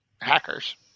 Hackers